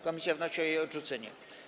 Komisja wnosi o jej odrzucenie.